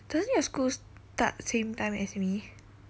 doesn't your school start same time as me